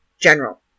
General